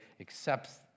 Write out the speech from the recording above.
accepts